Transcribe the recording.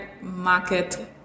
market